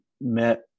met